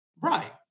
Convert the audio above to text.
Right